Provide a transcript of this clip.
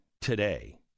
today